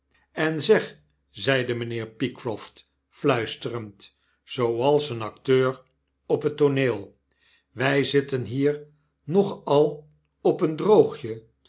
en zeg zeide mynheer pycroft fluisterend zooals een acteur op het tooneel wij zitten hier nog al op een droogje